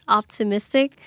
optimistic